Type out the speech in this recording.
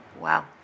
Wow